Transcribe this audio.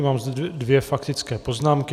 Mám dvě faktické poznámky.